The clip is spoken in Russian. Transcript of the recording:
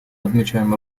отмечаем